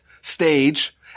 stage